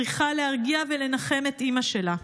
צריכה להרגיע ולנחם את אימא שלה.